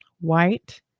white